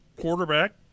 quarterback